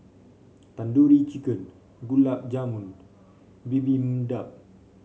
Tandoori Chicken Gulab Jamun Bibimbap